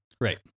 Right